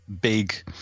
big –